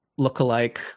lookalike